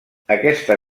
aquesta